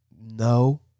No